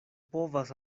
povas